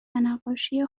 نقاشی